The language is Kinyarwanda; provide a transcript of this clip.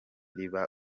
riba